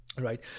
Right